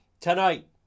tonight